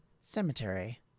cemetery